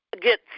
get